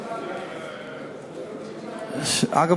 אגב,